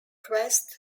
quest